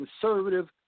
conservative